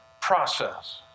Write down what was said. process